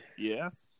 Yes